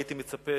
הייתי מצפה